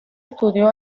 estudió